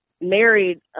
married